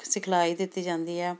ਸਿਖਲਾਈ ਦਿੱਤੀ ਜਾਂਦੀ ਆ